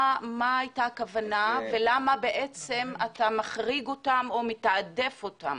מה הייתה הכוונה ולמה בעצם אתה מחריג אותם או מתעדף אותם?